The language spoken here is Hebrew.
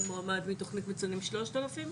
ומועמד מתוכנית המצוינים מקבל 3,000?